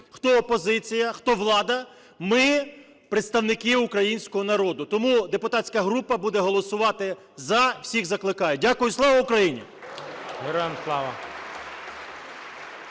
хто опозиція, хто влада. Ми – представники українського народу. Тому депутатська група буде голосувати "за". Всіх закликаю. Дякую. Слава Україні!